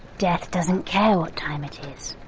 death doesn't care what time it is.